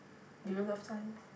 do you love science